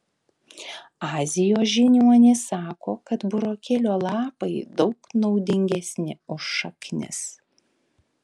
azijos žiniuonys sako kad burokėlio lapai daug naudingesni už šaknis